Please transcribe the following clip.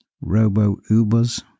robo-Ubers